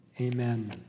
amen